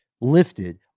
lifted